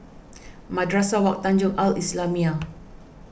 Madrasah Wak Tanjong Al Islamiah